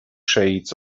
shades